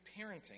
parenting